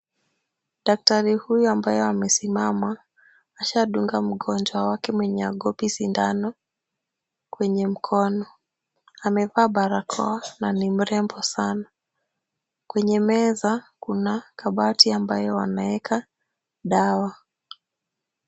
Daktari huyu ambaye amesimama, ashadunga mgonjwa wake mwenye haogopi sindano kwenye mkono. Amevaa barakoa na ni mrembo sana. Kwenye meza kuna kabati ambayo anaweka dawa.